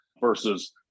versus